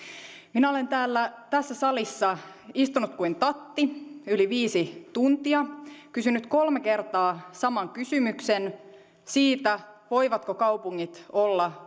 minä olen tässä salissa istunut kuin tatti yli viisi tuntia kysynyt kolme kertaa saman kysymyksen siitä voivatko kaupungit olla